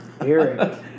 Eric